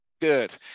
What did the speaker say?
Good